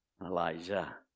Elijah